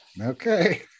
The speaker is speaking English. okay